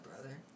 brother